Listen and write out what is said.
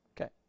Okay